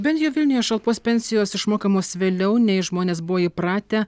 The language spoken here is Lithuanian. bent jau vilniuje šalpos pensijos išmokamos vėliau nei žmonės buvo įpratę